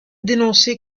dénoncé